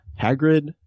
Hagrid